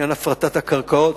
בעניין הפרטת הקרקעות.